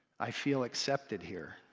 i feel accepted here.